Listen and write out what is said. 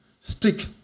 stick